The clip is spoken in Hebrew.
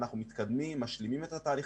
ואנחנו מתקדמים ומשלימים את התהליך